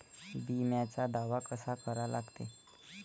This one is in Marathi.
बिम्याचा दावा कसा करा लागते?